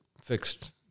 fixed